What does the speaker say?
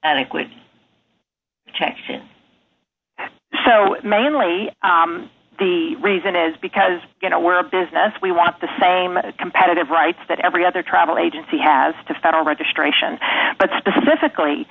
adequate check so mainly the reason is because you know we're a business we want the same competitive rights that every other travel agency has to federal registration but specifically